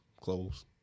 clothes